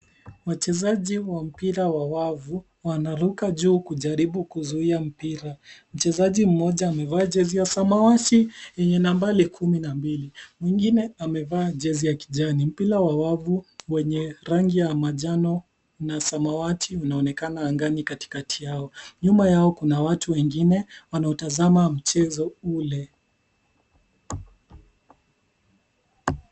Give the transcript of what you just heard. Wachezaji wa mpira wa wavu wanaruka juu kujaribu kuzuia mpira. Mchezaji mmoja amevaa jezi ya samawati yenye nambari kumi na mbili. Mwingine amevaa jezi ya kijani. Mpira wa wavu wenye rangi ya manjano na samawati unaonekana angani katikati yao. Nyuma yao kuna watu wengine wanaotazama mchezo ule.